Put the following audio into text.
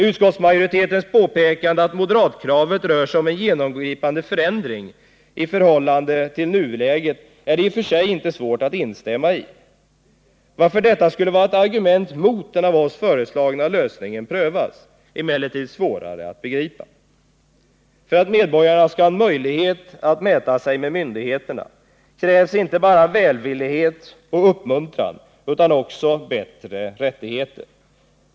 Utskottsmajoritetens påpekande att moderatkravet rör sig om en genomgripande förändring i förhållande till nuläget är det i och för sig inte svårt att instämmaii. Varför detta skulle vara ett argument mot att den av oss föreslagna lösningen prövas är emellertid svårare att begripa. För att medborgarna skall ha möjlighet att mäta sig med myndigheterna krävs inte bara välvillighet och uppmuntran utan också bättre rättigheter.